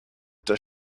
does